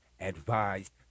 advised